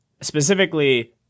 specifically